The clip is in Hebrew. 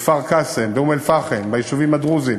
בכפר-קאסם, באום-אלפחם, ביישובים הדרוזיים.